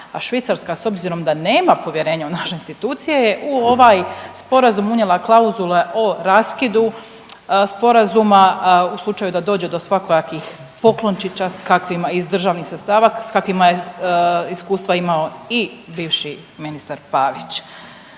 A Švicarska s obzirom da nema povjerenja u naše institucije je u ovaj sporazum unijela klauzule o raskidu sporazuma u slučaju da dođe do svakojakih poklončića s kakvima, iz državnih sredstava s kakvima je iskustva imao i bivši ministar Pavić.